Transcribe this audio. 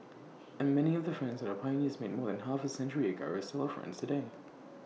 and many of the friends that our pioneers made more than half A century ago are still our friends today